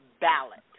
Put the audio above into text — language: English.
ballot